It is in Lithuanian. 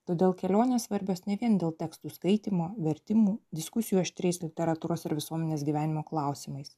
todėl kelionės svarbios ne vien dėl tekstų skaitymo vertimų diskusijų aštriais literatūros ir visuomenės gyvenimo klausimais